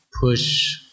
push